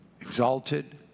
exalted